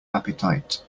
appetite